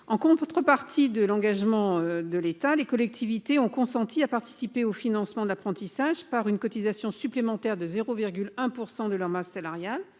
en contrepartie de l'engagement de l'État, les collectivités ont consenti à participer au financement de l'apprentissage par une cotisation supplémentaire de 0,1% de leur masse salariale.